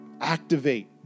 Activate